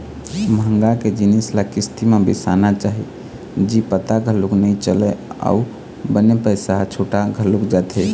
महँगा के जिनिस ल किस्ती म बिसाना चाही जी पता घलोक नइ चलय अउ बने पइसा ह छुटा घलोक जाथे